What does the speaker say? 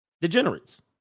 Degenerates